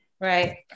Right